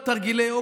שלנו.